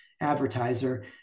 advertiser